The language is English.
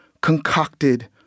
concocted